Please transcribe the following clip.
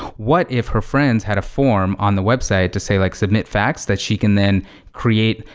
what if her friends had a form on the website to say like submit facts that she can then create?